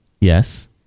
Yes